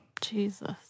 Jesus